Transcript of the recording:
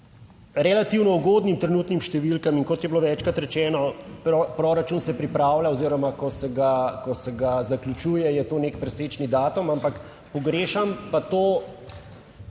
relativno ugodnim trenutnim številkam, kot je bilo večkrat rečeno, proračun se pripravlja oziroma ko se ga zaključuje, je to nek presečni datum, ampak pogrešam pa to